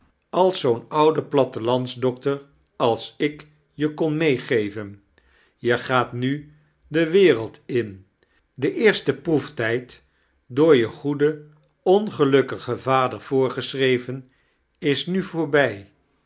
als zoo'n oude plattelandsdokter als ik je kon meegeven je gaat nu de wereld in de eea-ste proeftijd door je goeden ongelukkigeo vader voorgeschreven is nu voorbij